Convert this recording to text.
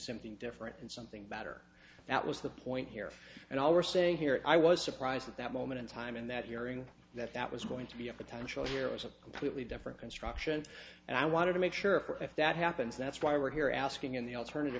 something different and something better that was the point here and all we're saying here i was surprised at that moment in time and that hearing that that was going to be a potential here was a completely different construction and i wanted to make sure if that happens that's why we're here asking in the alternative